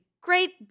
great